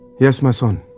yes, my son.